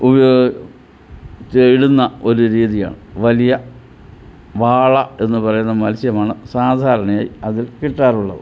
ഉപയോഗം ഇടുന്ന ഒരു രീതിയാണ് വലിയ വാള എന്ന് പറയുന്ന മത്സ്യമാണ് സാധാരണയായി അതിൽ കിട്ടാറുള്ളത്